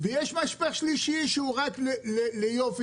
ויש משפך שלישי שנמצא שם רק ליופי.